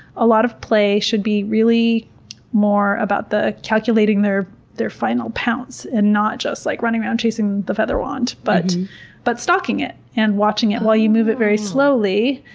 a lot of play should be really more about the calculating their their final pounce and not just like running around chasing the feather wand, but but stalking it and watching it while you move it very slowly.